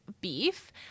beef